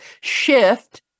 Shift